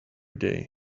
day